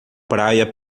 praia